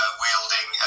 wielding